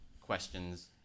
questions